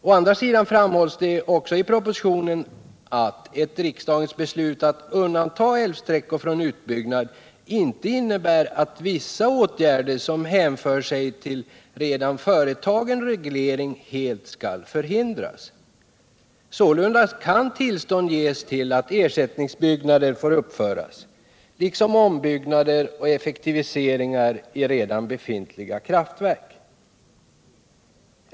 Å andra sidan framhålls det i propositionen att ett riksdagens beslut att undanta älvsträckor från utbyggnad inte innebär att vissa åtgärder, som hänför sig till redan företagen reglering, helt skall hindras. Sålunda kan tillstånd ges till att ersättningsbyggnader får uppföras, liksom till ombyggnader och effektiviseringar i redan befintliga kraftverk.